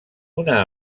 una